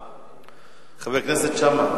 חבר הכנסת שאמה,